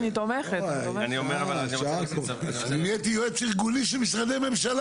גם בית המשפט יתערב